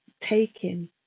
taking